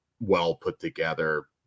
well-put-together